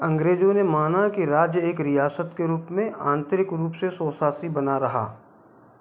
अंग्रेज़ों ने माना कि राज्य एक रियासत के रूप में आंतरिक रूप से स्वशासी बना रहा